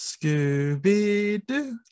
Scooby-doo